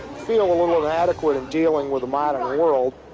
feel a little inadequate, in dealing with the modern world.